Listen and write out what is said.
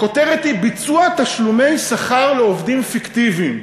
הכותרת היא "ביצוע תשלומי שכר לעובדים פיקטיביים",